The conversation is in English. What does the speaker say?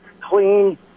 clean